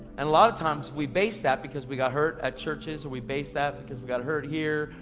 and a lot of times we base that because we got hurt at churches, or we base that because we got hurt here,